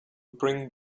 bring